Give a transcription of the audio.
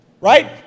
Right